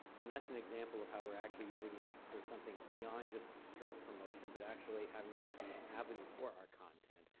and that's an example of how we're actually using it for something beyond just straight promotion, but actually having that be an avenue for our content.